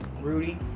Rudy